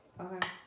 Okay